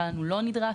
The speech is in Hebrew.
ונראה לנו שזה לא נדרש